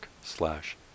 slash